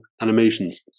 animations